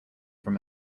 from